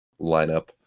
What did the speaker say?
lineup